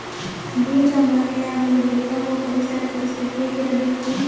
ಬೇಜ ಮೊಳಕೆಯಾಗಲು ಬೇಕಾಗುವ ಪರಿಸರ ಪರಿಸ್ಥಿತಿ ಹೇಗಿರಬೇಕು?